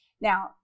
Now